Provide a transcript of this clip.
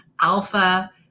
alpha